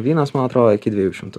vynas man atrodo iki dviejų šimtų